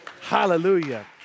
Hallelujah